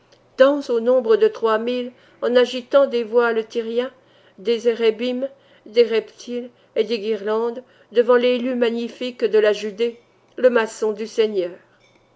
dansent au nombre de trois mille en agitant des voiles tyriens des herrebim des reptiles et des guirlandes devant l'élu magnifique de la judée le maçon du seigneur